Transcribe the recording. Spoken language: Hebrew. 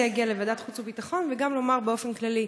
יגיע לוועדת חוץ וביטחון וגם לומר באופן כללי.